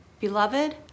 Beloved